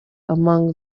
among